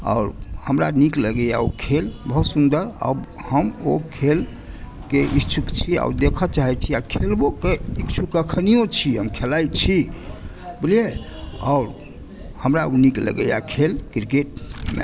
आओर हमरा नीक लगैया ओ खेल बहुत सुन्दर आओर हम ओ खेल के इच्छुक छी और देखै चाहै छी आ खेलबोके इच्छुक एखनियो छी हम खेलाइ छी बुझलियै आओर हमरा नीक लगैया खेल क्रिकेट